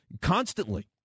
constantly